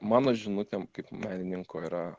mano žinutė kaip menininko yra